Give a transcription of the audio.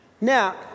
Now